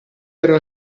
era